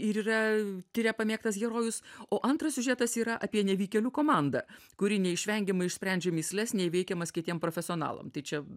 ir yra tiria pamėgtas herojus o antras siužetas yra apie nevykėlių komandą kuri neišvengiamai išsprendžia mįsles neįveikiamas kitiem profesionalam tai čia